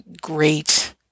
great